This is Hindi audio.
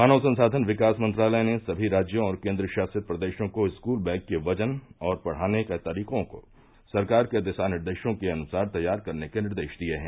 मानव संसाघन विकास मंत्रालय ने सभी राज्यों और केन्द्र शासित प्रदेशों को स्कूल बैग के वजन और पढ़ाने के तरीकों को सरकार के दिशा निर्देशों के अनुसार तैयार करने के निर्देश दिये हैं